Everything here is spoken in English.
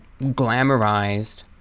glamorized